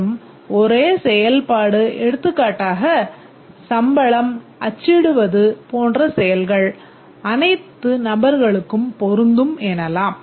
மற்றும் ஒரே செயல்பாடு எடுத்துக்காட்டாக சம்பளம் அச்சிடுவது போன்ற செயல்கள் அனைத்து நபர்களுக்கும் பொருந்தும் எனலாம்